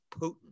putin